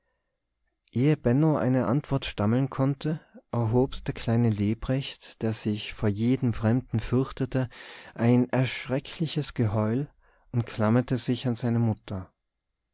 eine antwort stammeln konnte erhob der kleine lebrecht der sich vor jedem fremden fürchtete ein erschreckliches geheul und klammerte sich an seine mutter